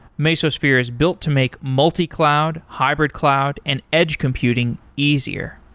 mesosphere is built to make multi-cloud, hybrid-cloud and edge computing easier.